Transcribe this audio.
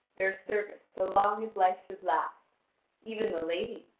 their service so long as life should last even the lady,